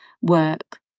work